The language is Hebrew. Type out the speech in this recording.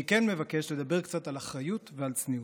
אני כן מבקש לדבר קצת על אחריות ועל צניעות.